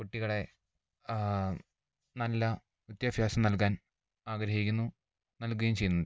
കുട്ടികളെ നല്ല വിദ്യാഭ്യാസം നൽകാൻ ആഗ്രഹിക്കുന്നു നൽകുകയും ചെയ്യുന്നുണ്ട്